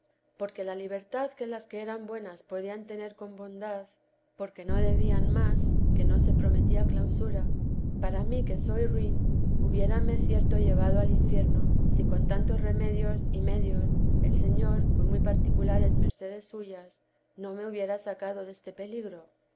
porque la libertad que las que eran buenas podían tener con bondad porque no debían más que no se prometía clausura para mí que soy ruin hubiérame cierto llevado al infierno si con taiir tos remedios y medios el señor con muy particulares mercedes suyas no me hubiera sacado deste peligro